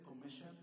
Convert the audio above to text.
Commission